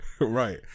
Right